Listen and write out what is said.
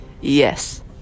Yes